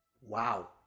Wow